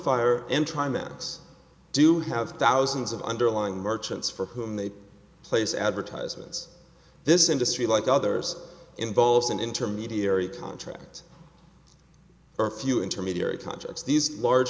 x do have thousands of underlying merchants for whom they place advertisements this industry like others involves an intermediary contract or a few intermediary contracts these large